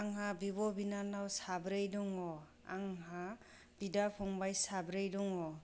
आंहा बिब' बिनानाव साब्रै दङ आंहा बिदा फंबाइ साब्रै दङ